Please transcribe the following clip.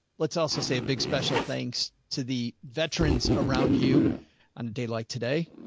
let's also say a big special thanks to the veterans around you on a day like today,